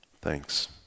Thanks